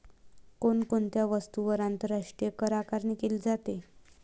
कोण कोणत्या वस्तूंवर आंतरराष्ट्रीय करआकारणी केली जाते?